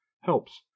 helps